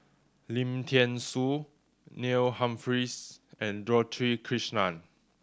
Lim Thean Soo Neil Humphreys and Dorothy Krishnan